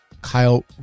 Kyle